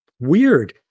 weird